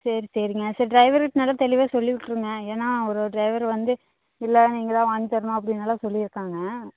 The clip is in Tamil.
சரி சரிங்க சரி டிரைவருக்கிட் நல்ல தெளிவாக சொல்லி விட்ருங்க ஏனால் ஒரு ஒரு டிரைவர் வந்து இல்லை நீங்கள் தான் வாங்கி தரணும் அப்படினெல்லாம் சொல்லியிருக்காங்க